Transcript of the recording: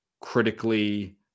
critically